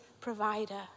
provider